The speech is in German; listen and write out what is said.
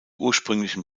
ursprünglichen